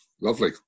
lovely